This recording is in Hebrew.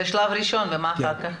זה שלב ראשון ומה אחר כך?